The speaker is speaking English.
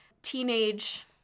teenage